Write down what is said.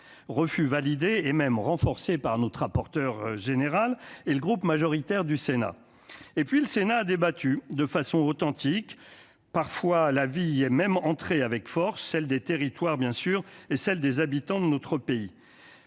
refus validé et même renforcé par notre rapporteur général et le groupe majoritaire du Sénat et puis le Sénat a débattu de façon authentique, parfois, la vie est même entré avec force, celle des territoires bien sûr et celle des habitants de notre pays,